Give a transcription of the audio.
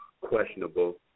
questionable